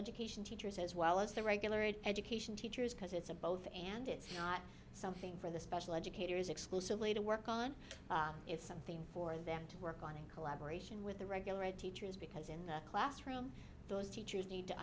education teachers as well as the regular education teachers because it's a both and it's not something for the special educators exclusively to work on it's something for them to work on in collaboration with the regular ed teachers because in the classroom those teachers need to